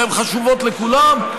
שהן חשובות לכולם,